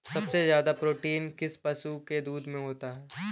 सबसे ज्यादा प्रोटीन किस पशु के दूध में होता है?